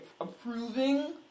approving